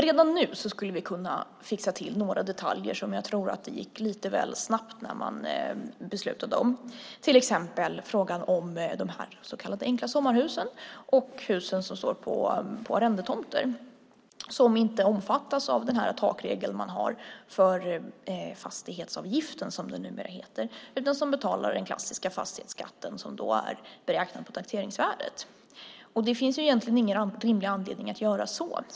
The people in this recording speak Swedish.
Redan nu skulle vi kunna fixa till några detaljer som jag tror att det gick lite väl snabbt när man beslutade om. Det gäller till exempel frågan om de så kallade enkla sommarhusen och husen som står på arrendetomter. De omfattas inte av takregeln för fastighetsavgiften, som det numera heter, utan ägarna betalar den klassiska fastighetsskatten som är beräknad på taxeringsvärdet. Det finns ingen rimlig anledning att göra så.